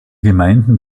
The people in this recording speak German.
gemeinden